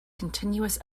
continuous